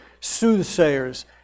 soothsayers